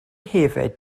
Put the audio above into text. hefyd